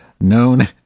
known